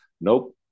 nope